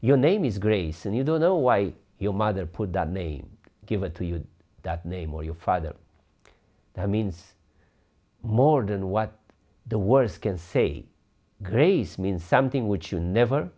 your name is grace and you don't know why your mother put the name given to you that name or your father that means more than what the words can say grace means something which you never